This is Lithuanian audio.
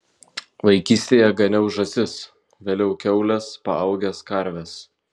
vaikystėje ganiau žąsis vėliau kiaules paaugęs karves